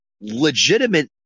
legitimate